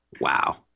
Wow